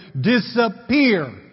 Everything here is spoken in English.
disappear